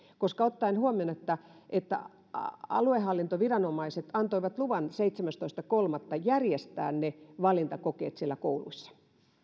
ottaen huomioon että että aluehallintoviranomaiset antoivat seitsemästoista kolmatta luvan järjestää valintakokeet siellä kouluissa